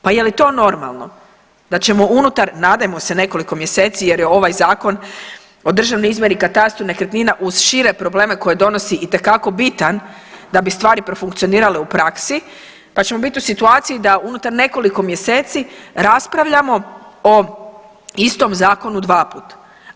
Pa je li to normalno da ćemo unutar, nadajmo se nekoliko mjeseci jer je ovaj Zakon o državnoj izmjeri i katastru nekretnina uz šire probleme koje donosi itekako bitan da bi stvari profunkcionirale u praksi, pa ćemo biti u situaciji da unutar nekoliko mjeseci raspravljamo o istom zakonu dva put.